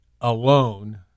alone